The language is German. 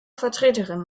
vertreterin